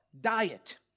diet